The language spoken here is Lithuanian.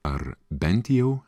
ar bent jau